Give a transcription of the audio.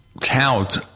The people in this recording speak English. tout